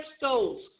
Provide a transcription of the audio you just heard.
goals